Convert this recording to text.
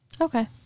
Okay